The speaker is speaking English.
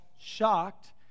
shocked